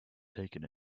taking